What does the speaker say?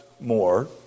more